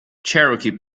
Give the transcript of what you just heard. cherokee